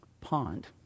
pond